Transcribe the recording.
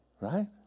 Right